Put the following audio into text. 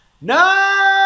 No